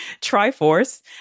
triforce